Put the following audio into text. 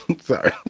Sorry